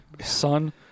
son